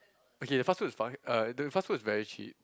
okay fast-food is fine uh the fast-food is very cheap